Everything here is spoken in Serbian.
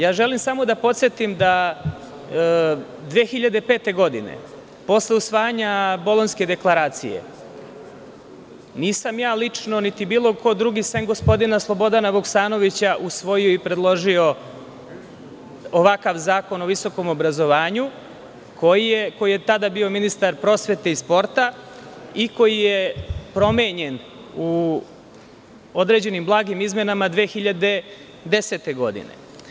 Ja želim samo da podsetim da 2005. godine, posle usvajanja Bolonjske deklaracije, nisam ja lično, niti bilo ko drugi, sem gospodina Slobodana Vuksanovića, usvojio i predložio ovakav Zakon o visokom obrazovanju, koji je tada bio ministar prosvete i sporta, i koji je promenjen u određenim blagim izmenama 2010. godine.